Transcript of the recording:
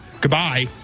Goodbye